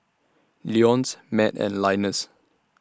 Leonce Matt and Linus